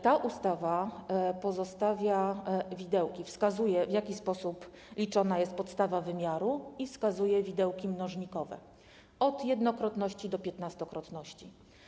Ta ustawa pozostawia widełki, wskazuje, w jaki sposób liczona jest podstawa wymiaru, i wskazuje widełki mnożnikowe - od jednokrotności do piętnastokrotności.